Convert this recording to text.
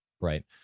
Right